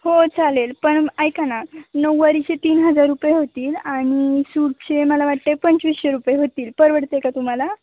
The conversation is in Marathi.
हो चालेल पण ऐका ना नऊवारीचे तीन हजार रुपये होतील आणि सूटचे मला वाटते पंचवीसशे रुपये होतील परवडते का तुम्हाला